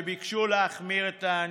שביקשו להחמיר את הענישה.